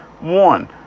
one